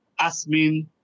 Asmin